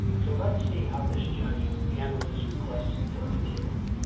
so let's see how this judge handles this request for a continuance.